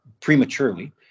prematurely